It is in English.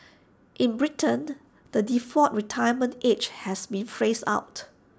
in Britain the default retirement age has been phased out